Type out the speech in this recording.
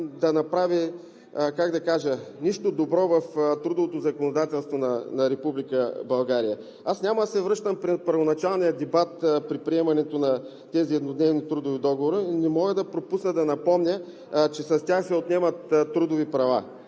да направи нищо добро в трудовото законодателство на Република България. Няма да се връщам при първоначалния дебат при приемането на тези еднодневни трудови договори, но не мога да пропусна да напомня, че с тях се отнемат трудови права,